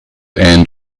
and